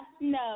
no